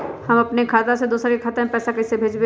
हम अपने खाता से दोसर के खाता में पैसा कइसे भेजबै?